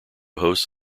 hosts